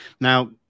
Now